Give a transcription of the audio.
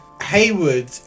Haywood